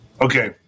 Okay